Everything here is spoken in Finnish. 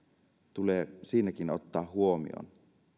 tulee siinäkin ottaa huomioon